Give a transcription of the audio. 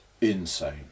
Insane